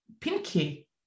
pinky